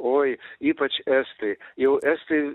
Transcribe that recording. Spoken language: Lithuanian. oi ypač estai jau estai